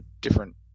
different